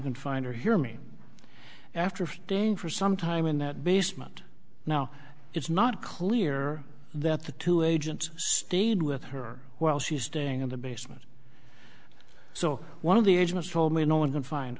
can find or hear me after again for some time in that basement now it's not clear that the two agents stayed with her while she's staying in the basement so one of the agents told me no one can find